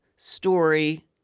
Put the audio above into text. story